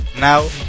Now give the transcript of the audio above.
Now